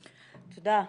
תודה.